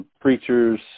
preachers